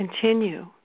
Continue